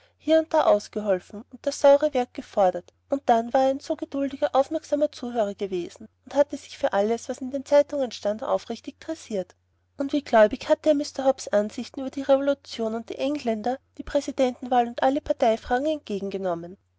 hier und da ausgeholfen und das saure werk gefördert und dann war er ein so geduldiger aufmerksamer zuhörer gewesen und hatte sich für alles was in den zeitungen stand aufrichtig tressiert und wie gläubig hatte er mr hobbs ansichten über die revolution und die engländer die präsidentenwahl und alle parteifragen entgegengenommen